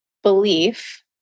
belief